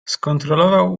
skontrolował